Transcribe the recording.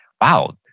wow